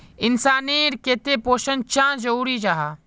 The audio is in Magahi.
इंसान नेर केते पोषण चाँ जरूरी जाहा?